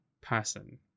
person